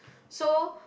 so